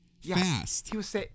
fast